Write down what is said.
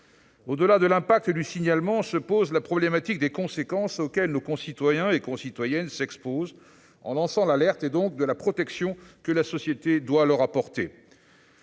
Au-delà de la portée du signalement se pose la question des conséquences auxquelles nos concitoyens et concitoyennes s'exposent en lançant l'alerte et donc de la protection que la société doit leur apporter.